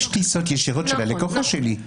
יש טיסות ישירות של הלקוחה שלי.